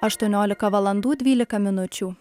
aštuoniolika valandų dvylika minučių